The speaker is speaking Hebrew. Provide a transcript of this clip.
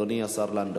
אדוני השר לנדאו.